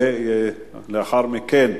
ולאחר מכן,